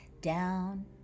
down